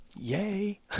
yay